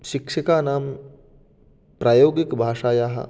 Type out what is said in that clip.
शिक्षकानां प्रायोगिकभाषायाः